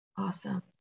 Awesome